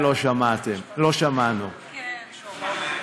מה קרה, לא יכולתם להביא את זה ביום רביעי?